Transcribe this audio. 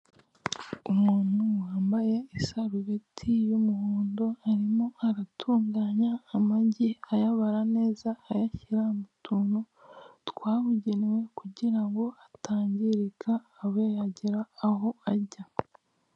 Umuntu wambaye isarubeti y'umuhondo arimo aratunganya amagi ayabara neza ayashyira mu tuntu twabugenewe kugira ngo atangirika abe yagera aho ajya.